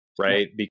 right